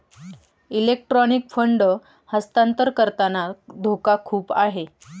electronic fund हस्तांतरण करताना धोका खूप आहे